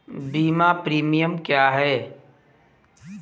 बीमा प्रीमियम क्या है?